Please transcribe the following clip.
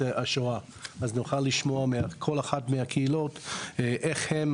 השואה אז נוכל לשמוע מכל אחת מהקהילות איך הם